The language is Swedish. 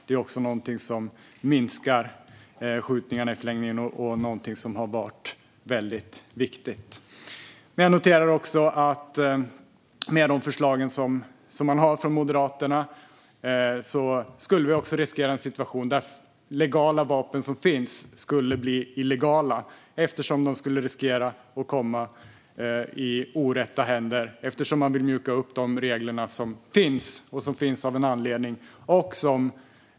Det är också något som i förlängningen minskar skjutningarna och någonting som har varit väldigt viktigt. Jag noterar att vi med de förslag som Moderaterna har skulle riskera att få en situation där legala vapen som redan finns skulle bli illegala eftersom de skulle riskera att hamna i orätta händer. Moderaterna vill ju mjuka upp de regler som finns och som finns av en anledning.